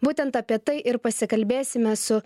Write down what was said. būtent apie tai ir pasikalbėsime su